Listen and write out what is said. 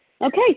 Okay